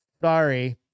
Sorry